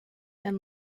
and